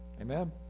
Amen